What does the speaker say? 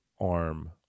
arm